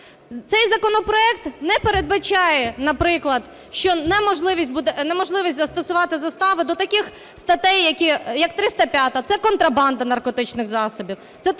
Цей законопроект не передбачає, наприклад, що буде неможливість застосувати заставу до таких статей як 305-а, це контрабанда наркотичних засобів,